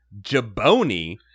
jaboni